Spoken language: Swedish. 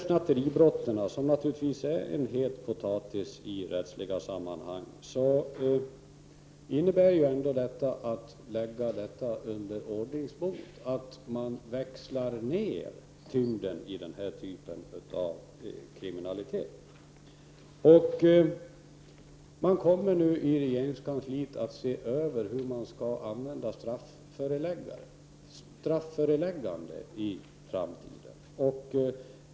Snatteribrotten är naturligtvis en het potatis i rättsliga sammanhang. Att lägga snatteribrotten under ordningsbot innebär att man växlar ned tyngden i den typen av kriminalitet. I regeringskansliet kommer man att se över hur strafförelägganden skall användas i framtiden.